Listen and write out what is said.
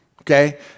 Okay